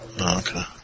Okay